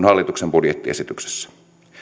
hallituksen budjettiesityksessä